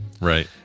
Right